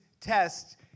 tests